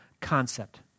concept